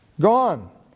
Gone